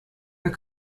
are